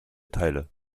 teile